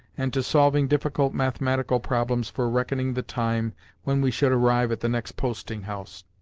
and to solving difficult mathematical problems for reckoning the time when we should arrive at the next posting-house.